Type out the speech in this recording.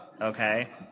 okay